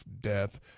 death